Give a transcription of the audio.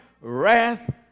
wrath